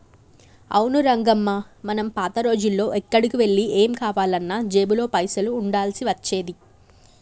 అవును రంగమ్మ మనం పాత రోజుల్లో ఎక్కడికి వెళ్లి ఏం కావాలన్నా జేబులో పైసలు ఉండాల్సి వచ్చేది